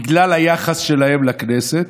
בגלל היחס שלהם לכנסת,